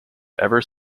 ever